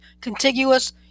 contiguous